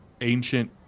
ancient